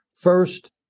first